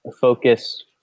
focus